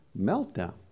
meltdown